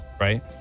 Right